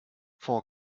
for